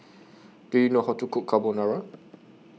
Do YOU know How to Cook Carbonara